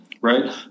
Right